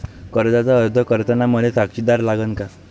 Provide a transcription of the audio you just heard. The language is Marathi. कर्जाचा अर्ज करताना मले साक्षीदार लागन का?